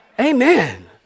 Amen